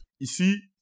Ici